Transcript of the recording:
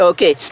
Okay